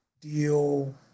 deal